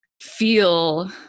feel